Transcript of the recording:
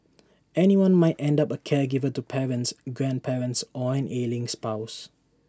anyone might end up A caregiver to parents grandparents or an ailing spouse